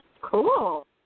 Cool